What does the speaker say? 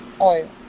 Oil